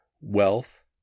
wealth